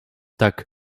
tak